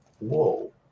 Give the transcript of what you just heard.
whoa